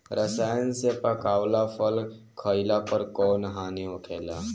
रसायन से पकावल फल खइला पर कौन हानि होखेला?